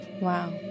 Wow